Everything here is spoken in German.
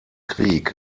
krieg